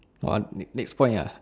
hor next next point ya